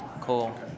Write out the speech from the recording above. Cool